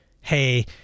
hey